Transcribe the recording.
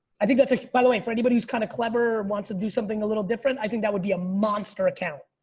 i think that's a, by the way, for anybody who's kind of clever and wants to do something a little different. i think that would be a monster account.